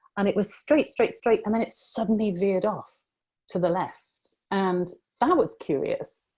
and it was straight-straight straight, and then it suddenly veered off to the left, and that was curious.